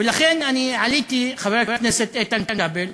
לכן עליתי, חבר הכנסת איתן כבל,